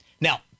Now